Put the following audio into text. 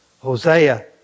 Hosea